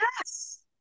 Yes